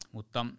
Mutta